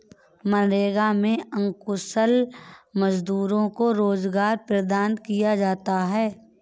मनरेगा में अकुशल मजदूरों को रोजगार प्रदान किया जाता है